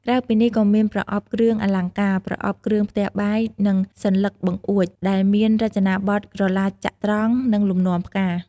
ក្រៅពីនេះ ក៏មានប្រអប់គ្រឿងអលង្ការ, ប្រអប់គ្រឿងផ្ទះបាយ, និងសន្លឹកបង្អួច ដែលមានរចនាបថក្រឡាចត្រង្គ និងលំនាំផ្កា។